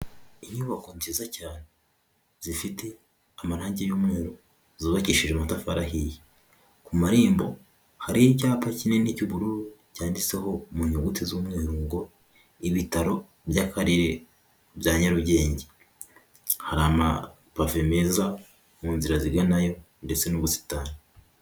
Inyubako nziza cyane zifite amarangi y'umweru zubakishijwe amatafari ahiye, ku marembo hariho icyapa kinini cy'ubururu byanditseho mu nyuguti z'umweru ngo ibitaro by'akarere bya Nyarugenge, hari amapave meza mu nzira ziganayo ndetse n'ubusitani.